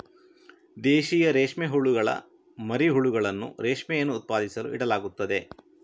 ದೇಶೀಯ ರೇಷ್ಮೆ ಹುಳುಗಳ ಮರಿ ಹುಳುಗಳನ್ನು ರೇಷ್ಮೆಯನ್ನು ಉತ್ಪಾದಿಸಲು ಇಡಲಾಗುತ್ತದೆ